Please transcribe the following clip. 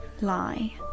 lie